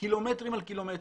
קילומטרים על קילומטרים.